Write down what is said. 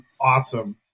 awesome